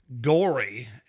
gory